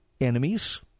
enemies